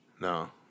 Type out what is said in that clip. No